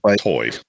toy